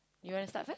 you want to start first